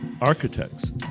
architects